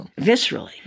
viscerally